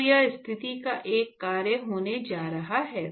तो यह स्थिति का एक कार्य होने जा रहा है